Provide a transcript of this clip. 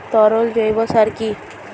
তরল জৈব সার কি?